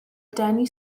denu